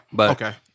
Okay